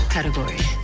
Category